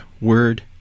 word